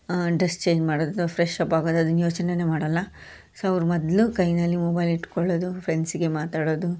dress change ಮಾಡೋದು fresh up ಆಗೋದು ಅದನ್ನ ಯೋಚನೆನೆ ಮಾಡೋಲ್ಲ ಸೊ ಅವರು ಮೊದಲು ಕೈಯಲ್ಲಿ ಮೊಬೈಲ್ ಇಟ್ಕೊಳ್ಳೋದು ಫ್ರೆಂಡ್ಸಿಗೆ ಮಾತಾಡೋದು